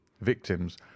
victims